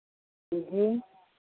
जी